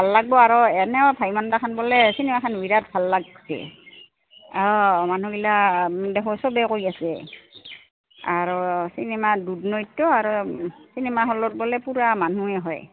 ভাল লাগব আৰু এনেও ভাইমন দা খন বোলে চিনেমাখন বিৰাট ভাল লাগিছে অঁ মানুহবিলাক দেখোন চবে কৈ আছে আৰু চিনেমা দুধনৈতো আৰু চিনেমা হলত বোলে পূৰা মানুহে হয়